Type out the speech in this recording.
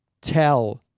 tell